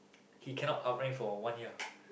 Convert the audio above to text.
he cannot outrank for one year